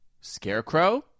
Scarecrow